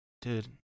Dude